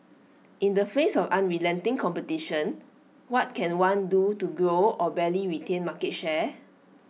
in the face of unrelenting competition what can one do to grow or barely retain market share